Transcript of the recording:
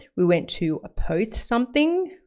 we went to post something,